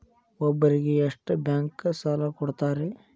ಒಬ್ಬರಿಗೆ ಎಷ್ಟು ಬ್ಯಾಂಕ್ ಸಾಲ ಕೊಡ್ತಾರೆ?